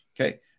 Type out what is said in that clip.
okay